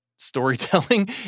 Storytelling